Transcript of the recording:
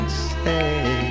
say